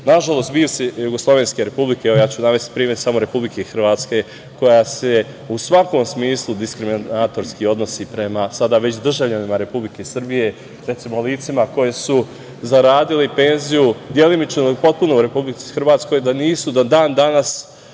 Srbiji. Nažalost, bivše jugoslovenske republike, ja ću navesti primer samo Republike Hrvatske, koja se u svakom smislu diskriminatorski odnosi prema sada već državljanima Republike Srbije, recimo, licima koja su zaradila penziju delimično ili potpuno u Republici Hrvatskoj, da nisu do dan-danas